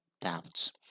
doubts